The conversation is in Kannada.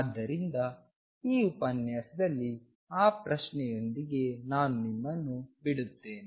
ಆದ್ದರಿಂದ ಈ ಉಪನ್ಯಾಸದಲ್ಲಿ ಆ ಪ್ರಶ್ನೆಯೊಂದಿಗೆ ನಾನು ನಿಮ್ಮನ್ನು ಬಿಡುತ್ತೇನೆ